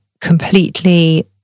completely